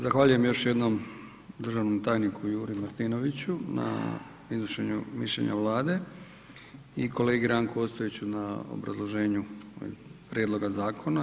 Zahvaljujem još jednom državnom tajniku Juri Martinoviću na iznošenju mišljenja Vlade i kolegi Ranku Ostojiću na obrazloženju prijedloga zakona.